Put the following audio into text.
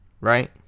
right